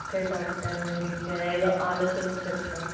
okay doctor నేను మీకు ఏదో ఆలోచించి చెప్తాను